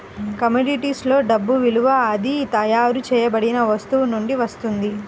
కమోడిటీస్లో డబ్బు విలువ అది తయారు చేయబడిన వస్తువు నుండి వస్తుంది